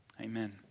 Amen